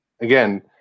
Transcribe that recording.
again